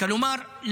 כלומר,